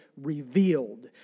revealed